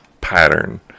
pattern